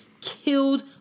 killed